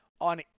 on